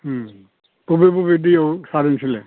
बबे बबे दैआव सारो नोंसोरलाय